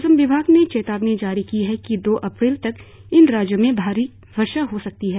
मौसम विभाग ने चेतावनी जारी की है कि दो अप्रैल तक इन राज्यों में भारी वर्षा हो सकती है